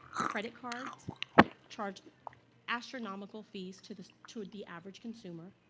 credit cards charge astronomical fees to the to the average consumer.